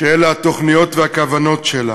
שאלה התוכניות והכוונות שלה.